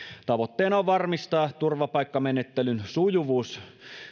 tavoitteena on varmistaa turvapaikkamenettelyn sujuvuus